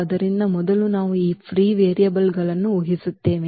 ಆದ್ದರಿಂದ ಮೊದಲು ನಾವು ಈ ಫ್ರೀ ವೇರಿಯೇಬಲ್ಗಳನ್ನು ಊಹಿಸುತ್ತೇವೆ